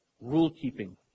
rule-keeping